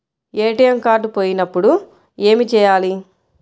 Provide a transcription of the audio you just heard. ATM card పోయినప్పుడు ఏమి చేయాలి?